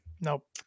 Nope